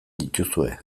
dituzue